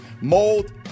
mold